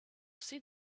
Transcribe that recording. see